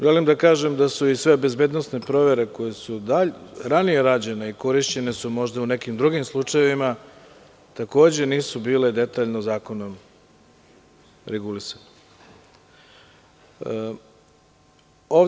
Želim da kažem da su i sve bezbednosne provere koje su ranije rađene i korišćene su možda u nekim drugim slučajevima takođe nisu bile detaljno zakonom regulisane.